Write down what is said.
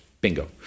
bingo